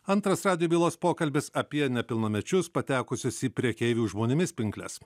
antras radijo bylos pokalbis apie nepilnamečius patekusios į prekeivių žmonėmis pinkles